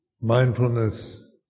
Mindfulness